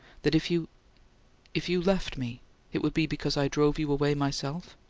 that if you if you left me it would be because i drove you away myself?